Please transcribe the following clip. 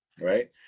right